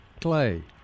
clay